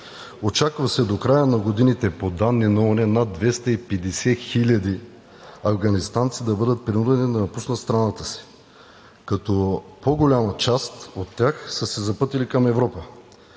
Очаква се до края на годината по данни на ООН над 250 хиляди афганистанци да бъдат принудени да напуснат страната си, като по-голямата част от тях са се запътили към Европа.